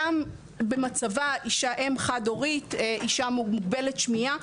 גם במצבה, אישה אם חד הורית, אישה מוגבלת שמיעה,